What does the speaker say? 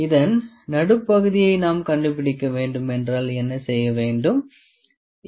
இதன் நடுப்பகுதியை நாம் கண்டுபிடிக்க வேண்டும் என்றால் என்ன செய்ய வேண்டும் சரி